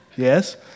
Yes